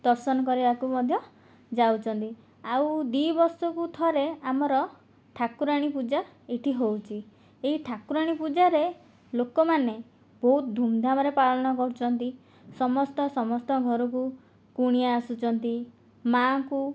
ଦର୍ଶନ କରିବାକୁ ମଧ୍ୟ ଯାଉଛନ୍ତି ଆଉ ଦୁଇ ବର୍ଷକୁ ଥରେ ଆମର ଠାକୁରାଣୀ ପୂଜା ଏଇଠି ହେଉଛି ଏହି ଠାକୁରାଣୀ ପୂଜାରେ ଲୋକମାନେ ବହୁତ ଧୁମ୍ଧାମ୍ରେ ପାଳନ କରୁଛନ୍ତି ସମସ୍ତ ସମସ୍ତ ଘରକୁ କୁଣିଆ ଆସୁଛନ୍ତି ମା'ଙ୍କୁ